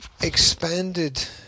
expanded